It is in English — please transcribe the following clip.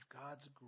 God's